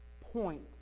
point